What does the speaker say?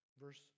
Verse